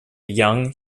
young